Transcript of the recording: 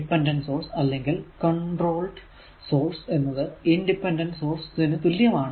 dependent source അല്ലെങ്കിൽ controlled source എന്നത് independent source നു തുല്യമാണ്